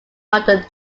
modern